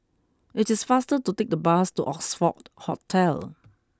it is faster to take the bus to Oxford Hotel